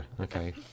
Okay